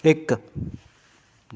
ਇੱਕ